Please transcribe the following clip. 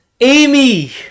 Amy